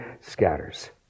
scatters